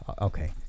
okay